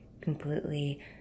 completely